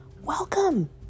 welcome